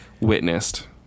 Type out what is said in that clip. witnessed